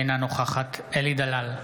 אינה נוכחת אלי דלל,